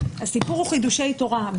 הסיפור הוא חידושי תורה,